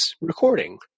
recording